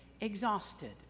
exhausted